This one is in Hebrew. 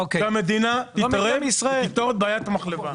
שהמדינה תתערב ותפתור את בעיית המחלבה.